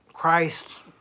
Christ